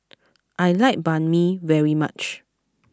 I like Banh Mi very much